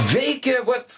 veikė vat